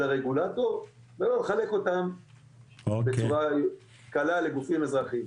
הרגולטור ולא לחלק אותם בצורה קלה לגופים אזרחיים.